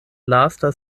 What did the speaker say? lasta